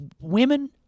women